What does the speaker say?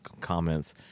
comments